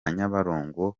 nyabarongo